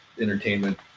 entertainment